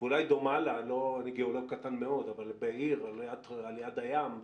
אולי דומה לה, בעיר על יד הים,